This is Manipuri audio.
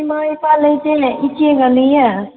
ꯏꯃꯥ ꯏꯄꯥ ꯂꯩꯇꯦ ꯏꯆꯦꯒ ꯂꯩꯌꯦ